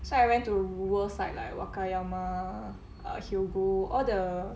so I went to rural side like okayama hyogo all the